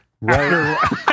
Right